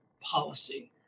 policy